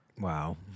Wow